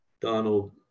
Donald